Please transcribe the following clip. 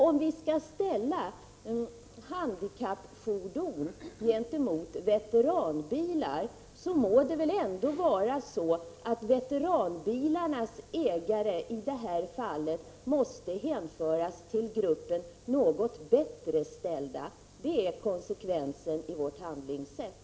Om vi skall ställa handikappfordon gentemot veteranbilar, må väl ändå veteranbilarnas ägare hänföras till gruppen något bättre ställda. Det är konsekvensen i vårt handlingssätt.